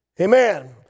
Amen